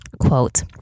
quote